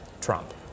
Trump